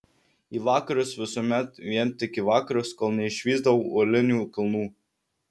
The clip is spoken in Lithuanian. į vakarus visuomet vien tik į vakarus kol neišvysdavau uolinių kalnų